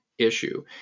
Issue